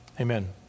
Amen